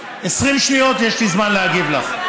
20 שניות יש לי זמן להגיב לך.